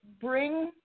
bring